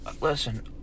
listen